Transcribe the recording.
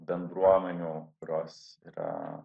bendruomenių kurios yra